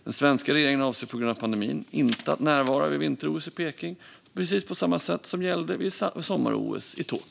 Den svenska regeringen avser på grund av pandemin att inte närvara vid vinter-OS i Peking, precis på samma sätt som vid sommar-OS i Tokyo.